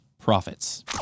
profits